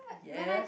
yes